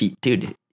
Dude